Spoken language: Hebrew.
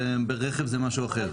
ברכב זה משהו אחר.